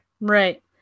Right